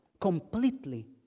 completely